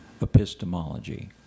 epistemology